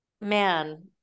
man